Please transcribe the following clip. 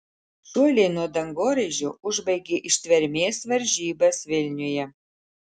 šuoliai nuo dangoraižio užbaigė ištvermės varžybas vilniuje